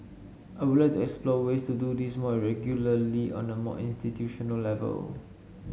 I would like to explore ways to do this more regularly on a more institutional level